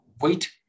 wait